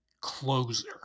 closer